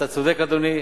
אתה צודק, אדוני,